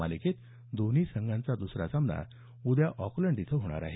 मालिकेत दोन्ही संघाचा दसरा सामना उद्या ऑकलंड इथं होणार आहे